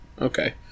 Okay